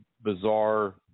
bizarre